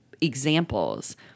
examples